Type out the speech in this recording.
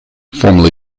formerly